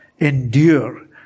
endure